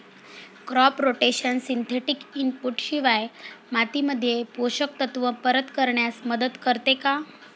Crop rotation synthetic input शिवाय मातीमध्ये पोषक तत्त्व परत करण्यास मदत करते का?